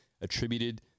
attributed